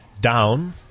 down –